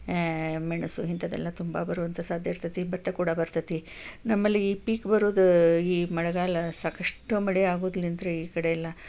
ಮೆಣಸು ಇಂಥದೆಲ್ಲ ತುಂಬ ಬರುವಂಥ ಸಾಧ್ಯ ಇರ್ತೈತಿ ಭತ್ತ ಕೂಡ ಬರ್ತೈತಿ ನಮ್ಮಲ್ಲಿ ಈ ಪೀಕು ಬರುವುದು ಈ ಮಳೆಗಾಲ ಸಾಕಷ್ಟು ಮಳೆ ಆಗುದ್ಲಿಂತ್ರ ಈ ಕಡೆ ಎಲ್ಲ